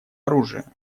оружия